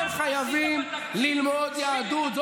מה עשית בתקציב בשביל לטפל ביוקר המחיה?